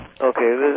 Okay